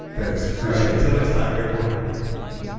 thanks appreciate it until next time airborne indeed